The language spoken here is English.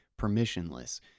permissionless